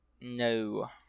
No